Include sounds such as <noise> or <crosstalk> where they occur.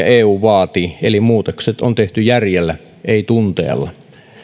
<unintelligible> eu vaatii eli muutokset on tehty järjellä ei tunteella